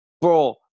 Bro